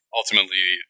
ultimately